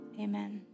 Amen